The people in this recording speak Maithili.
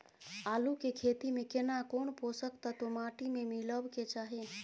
आलू के खेती में केना कोन पोषक तत्व माटी में मिलब के चाही?